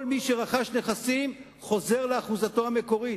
כל מי שרכש נכסים, חוזר לאחוזתו המקורית.